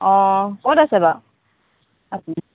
অঁ ক'ত আছে বাৰু আপুনি